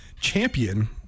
champion